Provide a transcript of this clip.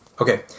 Okay